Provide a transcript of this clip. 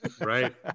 Right